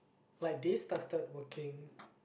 like they started working